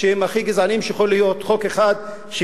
שהם הכי גזעניים שיכולים להיות: חוק אחד הוא